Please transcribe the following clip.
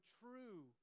true